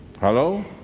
Hello